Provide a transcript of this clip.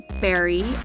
Barry